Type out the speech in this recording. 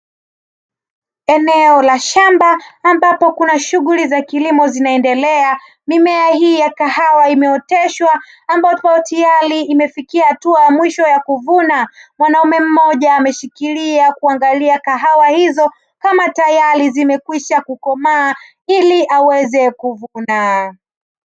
Eneo la shamba, ambapo kuna shughuli za kilimo zinaendelea. Mimea hii ya kahawa imeoteshwa, ambapo tayari imefikia hatua ya mwisho ya kuvuna. Mwanaume mmoja ameshikilia kuangalia kahawa hizo kama tayari zimekwisha kukomaa, ili aweze kuvuna.